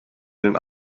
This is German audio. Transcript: den